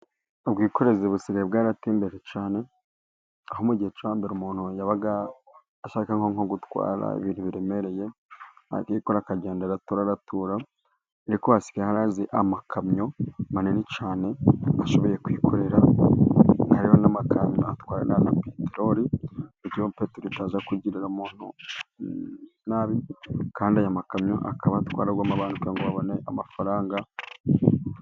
Ubwikorezi busigaye bwarateye imbere cyane, aho mu gihe cyo hambere umuntu yabaga ashaka nko gutwara, ibintu biremereye akikorera akagenda aratura, aratura ariko hasigaye haza amakamyo manini cyane, ashoboye kwikorera nkayo n'amakamyo atwara na peteroli , bityo ntize kugirira umuntu nabi kandi aya makamyo, akaba atwaramo n'abantu kugira ngo babone amafaranga.